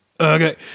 Okay